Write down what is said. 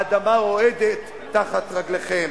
האדמה רועדת תחת רגליכם.